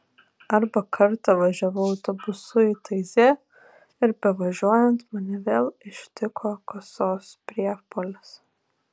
arba kartą važiavau autobusu į taizė ir bevažiuojant mane vėl ištiko kasos priepuolis